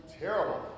terrible